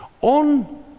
On